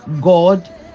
god